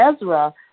Ezra